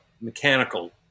mechanical